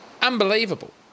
Unbelievable